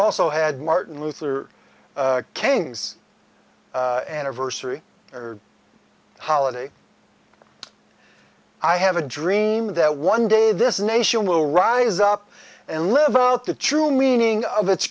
also had martin luther king's anniversary holiday i have a dream that one day this nation will rise up and live out the true meaning of its